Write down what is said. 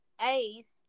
Ace